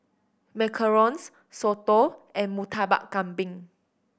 macarons soto and Murtabak Kambing